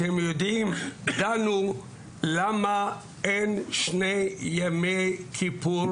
אתם יודעים, דנו למה אין שני ימי כיפור